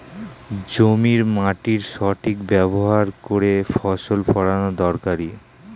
জমির মাটির সঠিক ব্যবহার করে ফসল ফলানো দরকারি